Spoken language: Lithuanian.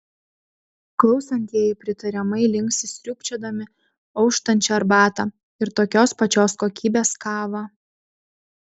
klausantieji pritariamai linksi sriūbčiodami auštančią arbatą ir tokios pačios kokybės kavą